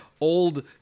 old